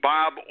Bob